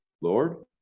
Lord